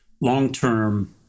long-term